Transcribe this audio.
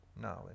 knowledge